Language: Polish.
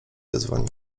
zadzwoni